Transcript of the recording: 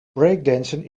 breakdancen